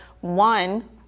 one